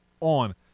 on